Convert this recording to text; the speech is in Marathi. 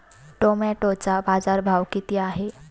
टोमॅटोचा बाजारभाव किती आहे?